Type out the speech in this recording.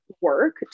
work